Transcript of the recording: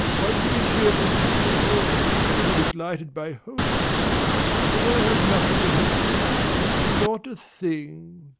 one can be cheerful even in old age if it is lighted by hope but i have nothing to hope for not a thing!